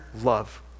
love